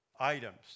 Items